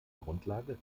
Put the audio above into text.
grundlage